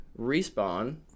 Respawn